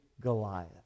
Goliath